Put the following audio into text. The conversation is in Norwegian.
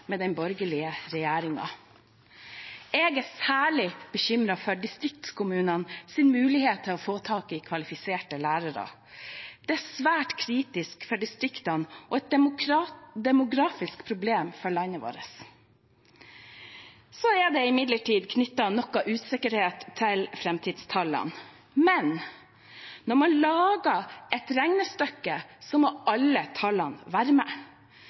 med den borgerlige regjeringen. Jeg er særlig bekymret for distriktskommunenes mulighet til å få tak i kvalifiserte lærere. Det er svært kritisk for distriktene og et demografisk problem for landet vårt. Det er knyttet noe usikkerhet til framtidstall, men når man lager et regnestykke, må alle tallene være med.